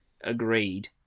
agreed